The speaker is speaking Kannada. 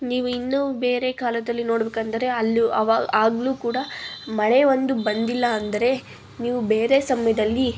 ನೀವು ಇನ್ನೂ ಬೇರೆ ಕಾಲದಲ್ಲಿ ನೋಡಬೇಕು ಅಂದರೆ ಅಲ್ಲೂ ಅವ ಆಗಲೂ ಕೂಡ ಮಳೆ ಒಂದು ಬಂದಿಲ್ಲ ಅಂದರೆ ನೀವು ಬೇರೆ ಸಮಯದಲ್ಲಿ